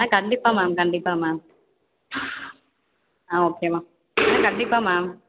ஆ கண்டிப்பாக மேம் கண்டிப்பாக மேம் ஆ ஓகே மேம் கண்டிப்பாக மேம்